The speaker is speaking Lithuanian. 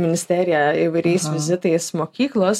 ministeriją įvairiais vizitais mokyklos